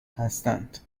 هستند